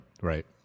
right